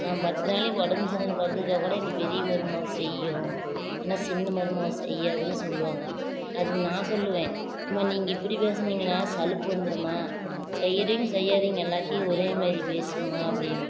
நான் பத்து நாளைக்கு உடம்பு சரி இல்லைன்னு படுத்துக்கிட்டால் கூட எங்கள் பெரிய மருமக செய்யும் ஏன்னா சின்ன மருமக செய்யாதுன்னு சொல்லுவாங்க அதுக்கு நான் சொல்லுவேன் அம்மா நீங்கள் இப்படி பேசுனீங்கனா சலிப்பு வந்துடும்மா செய்கிறீங்க செய்யாதீங்க எல்லாத்தையும் ஒரே மாரி பேசுங்கம்மா அப்படின்னு